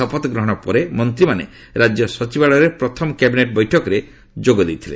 ଶପଥ ଗ୍ରହଣ ପରେ ମନ୍ତ୍ରୀମାନେ ରାଜ୍ୟ ସଚିବାଳୟରେ ପ୍ରଥମ କ୍ୟାବିନେଟ୍ ବୈଠକରେ ଯୋଗ ଦେଇଥିଲେ